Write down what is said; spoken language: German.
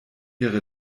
ihre